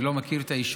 אני לא מכיר את היישוב,